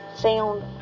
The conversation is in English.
found